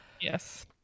Yes